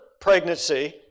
pregnancy